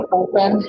open